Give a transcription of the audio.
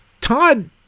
Todd